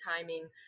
timing